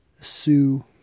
Sue